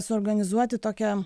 suorganizuoti tokią